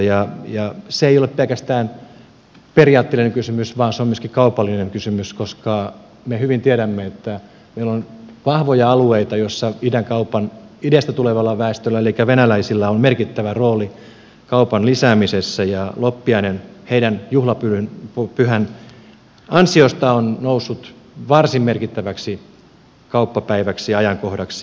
se ei ole pelkästään periaatteellinen kysymys vaan se on myöskin kaupallinen kysymys koska me hyvin tiedämme että meillä on vahvoja alueita joissa idästä tulevalla väestöllä eli venäläisillä on merkittävä rooli kaupan lisäämisessä ja loppiainen heidän juhlapyhänsä ansiosta on noussut varsin merkittäväksi kauppapäiväksi ja ajankohdaksi